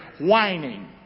whining